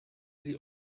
sie